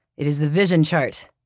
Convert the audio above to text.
it is a vision chart.